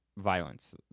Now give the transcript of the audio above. violence